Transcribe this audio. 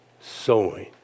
sowing